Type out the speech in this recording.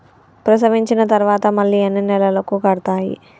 ప్రసవించిన తర్వాత మళ్ళీ ఎన్ని నెలలకు కడతాయి?